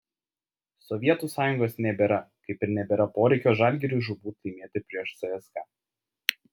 sovietų sąjungos nebėra kaip ir nebėra poreikio žalgiriui žūtbūt laimėti prieš cska